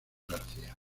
garcía